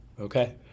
okay